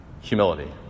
Humility